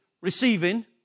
receiving